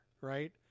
Right